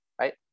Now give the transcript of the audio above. right